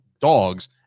dogs